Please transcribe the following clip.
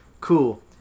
Cool